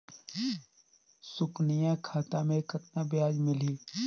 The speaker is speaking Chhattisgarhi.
सुकन्या खाता मे कतना ब्याज मिलही?